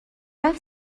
طرف